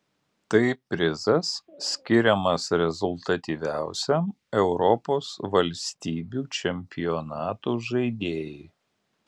tai prizas skiriamas rezultatyviausiam europos valstybių čempionatų žaidėjui